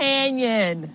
Canyon